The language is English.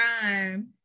time